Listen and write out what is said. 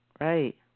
Right